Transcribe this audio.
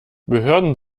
behörden